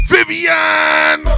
Vivian